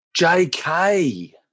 Jk